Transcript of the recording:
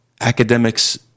Academics